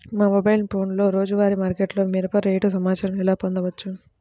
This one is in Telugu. మా మొబైల్ ఫోన్లలో రోజువారీ మార్కెట్లో మిరప రేటు సమాచారాన్ని ఎలా పొందవచ్చు?